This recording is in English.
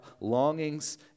longings